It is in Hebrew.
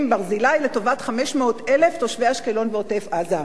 "ברזילי" לטובת 500,000 תושבי אשקלון ועוטף-עזה.